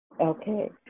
Okay